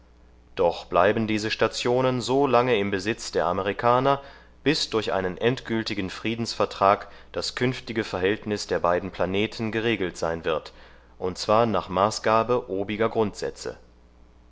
doch bleiben diese stationen so lange im besitz der amerikaner bis durch einen endgültigen friedensvertrag das künftige verhältnis der beiden planeten geregelt sein wird und zwar nach maßgabe obiger grundsätze